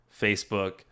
Facebook